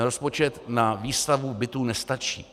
Rozpočet na výstavbu bytů nestačí.